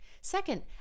Second